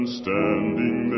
standing